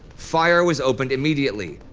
fire was opened immediately.